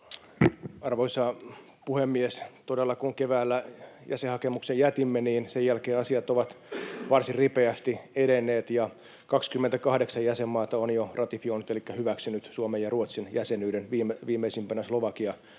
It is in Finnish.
Arvoisa puhemies! Todella, kun keväällä jäsenhakemuksen jätimme, sen jälkeen asiat ovat varsin ripeästi edenneet. 28 jäsenmaata on jo ratifioinut elikkä hyväksynyt Suomen ja Ruotsin jäsenyyden, viimeisimpänä Slovakia tällä